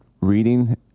reading